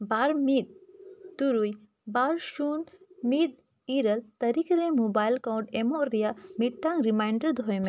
ᱵᱟᱨ ᱢᱤᱫ ᱛᱩᱨᱩᱭ ᱵᱟᱨ ᱥᱩᱱ ᱢᱤᱫ ᱤᱨᱟᱹᱞ ᱛᱟᱹᱨᱤᱠᱷ ᱨᱮ ᱠᱟᱹᱣᱰᱤ ᱮᱢᱚᱜ ᱨᱮᱭᱟᱜ ᱢᱤᱫᱴᱟᱝ ᱫᱚᱦᱚᱭ ᱢᱮ